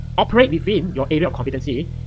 operate within your area of competency.